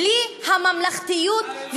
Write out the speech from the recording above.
בלי הממלכתיות,